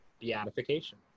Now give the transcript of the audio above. beatification